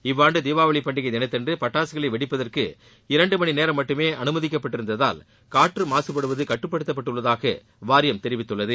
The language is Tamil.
இவ்வாண்டு தீபாவளி பண்டிகை தினத்தன்று பட்டாசுகளை வெடிப்பதற்கு இரண்டு மணிநேரம் மட்டுமே அனுமதிக்கப்பட்டிருந்ததால் காற்று மாசுபடுவது கட்டுப்படுத்தப்பட்டுள்ளதாக வாரியம் தெரிவித்துள்ளது